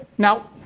now,